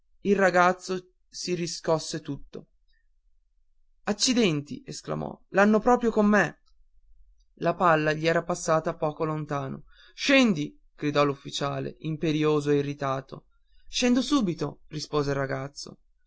il ragazzo si riscosse tutto accidenti esclamò l'hanno proprio con me la palla gli era passata poco lontano scendi gridò l'ufficiale imperioso e irritato scendo subito rispose il ragazzo